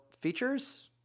features